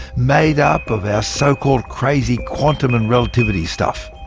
made up of our so-called crazy quantum and relativity stuff.